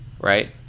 right